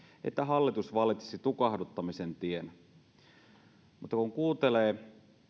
että hallitus valitsisi tukahduttamisen tien mutta kun kuuntelee